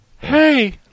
Hey